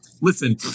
listen